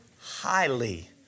highly